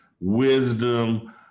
wisdom